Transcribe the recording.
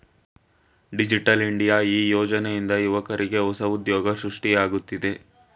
digital India ಈ ಯೋಜನೆಯಿಂದ ಯುವಕ್ರಿಗೆ ಹೊಸ ಉದ್ಯೋಗ ಸೃಷ್ಟಿಯಾಗುತ್ತಿದೆ